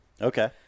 Okay